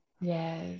Yes